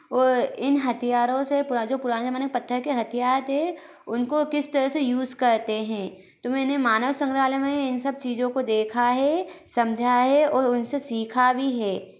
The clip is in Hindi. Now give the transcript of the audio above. और इन हथियारों से पुरा जो पुराने ज़माने में पत्थर के हथियार थे उनको किस तरह से यूज़ करते हैं तो मैंने मानव संग्रहालय में इन सब चीज़ों को देखा है समझा हैं और उन से सीखा भी है